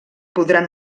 podran